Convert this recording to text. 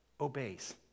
obeys